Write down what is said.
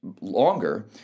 longer